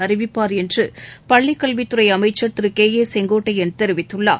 அறிவிப்பார் என்று பள்ளிக்கல்வித்துறை அமைச்சர் திரு கே ஏ செங்கோட்டையன் தெரிவித்துள்ளார்